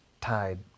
tied